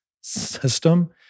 system